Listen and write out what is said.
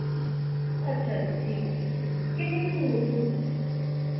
अच्छा जी ठीक ठीक ठीक ऐ किन्नी क दूर उत्थूं दी